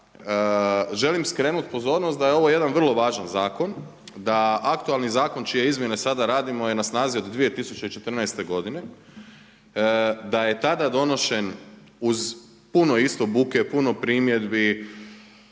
da želim skrenuti pozornost da je ovo jedan vrlo važan zakon, da aktualni zakon čije izmjene sada radimo je na snazi od 2014. godine, da je tada donesen uz puno isto buke, puno primjedbi,